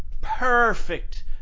perfect –